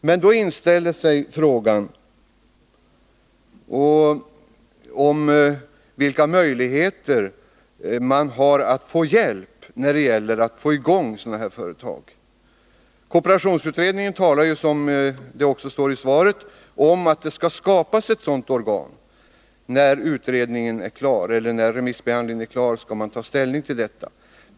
Men då inställer sig frågan vilka möjligheter det finns att få hjälp med att sätta i gång sådana här företag. Kooperationsutredningen talar, som det också står i svaret, om att det skall skapas ett organ på det här området, och när remissbehandlingen är klar skall regeringen ta ställning till detta.